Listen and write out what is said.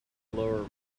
lower